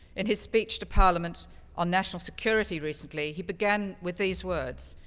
in his speech to parliament on national security recently, he began with these words.